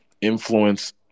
influence